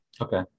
Okay